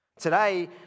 Today